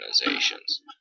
organizations